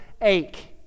ache